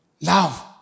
love